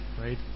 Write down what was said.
right